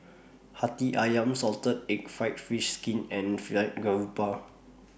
Hati Ayam Salted Egg Fried Fish Skin and Fried Garoupa